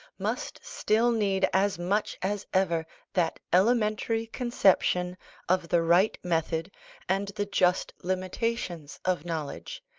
must still need as much as ever that elementary conception of the right method and the just limitations of knowledge,